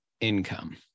income